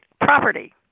property